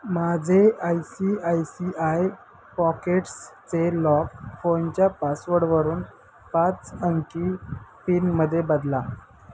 माझे I C I C I पॉकेट्सचे lock फोनच्या पासवर्डवरून पाच अंकी पिनमध्ये बदला